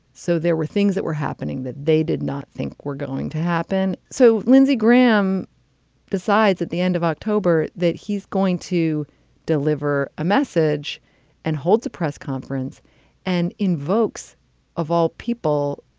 so there were things that were happening that they did not think we're going to happen. so lindsey graham decides at the end of october that he's going to deliver a message and holds a press conference and invokes of all people.